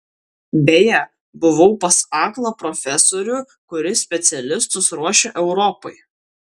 beje buvau pas aklą profesorių kuris specialistus ruošia europai